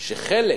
שחלק